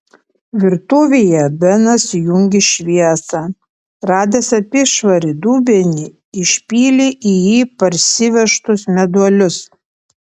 virtuvėje benas įjungė šviesą radęs apyšvarį dubenį išpylė į jį parsivežtus meduolius